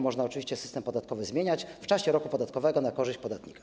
Można oczywiście system podatkowy zmieniać w trakcie roku podatkowego na korzyść podatnika.